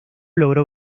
logró